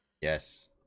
Yes